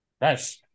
Nice